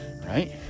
right